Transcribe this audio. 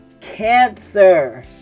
cancer